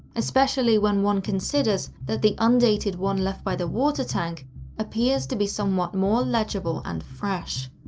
especially when one considers that the undated one left by the water tank appears to be somewhat more legible and fresh.